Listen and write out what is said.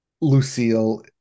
Lucille